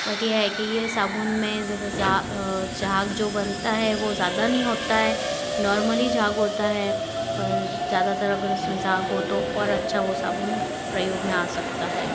but यह है कि यह साबुन में ज ज जा झाग जो बनता है वो ज़्यादा नहीं होता है नॉर्मली झाग होता है पर ज़्यादातर अगर उसमें झाग हो तो और अच्छा वो साबुन प्रयोग में आ सकता है